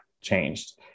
changed